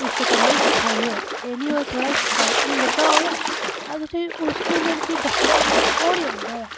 कि उसदे कम्मै च सफाई होऐ एह् नी होऐ थुआढ़े कच्छ हुनर ते होऐ हां तुसें हुनर गी दस्सना जियां ओह् नी औंदा होऐ